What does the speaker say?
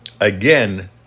Again